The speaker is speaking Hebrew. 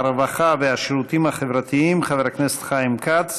הרווחה והשירותים החברתיים חבר הכנסת חיים כץ